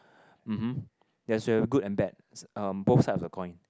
um hmm that should have good and bad uh both side of the coin